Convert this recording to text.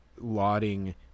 lauding